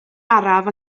araf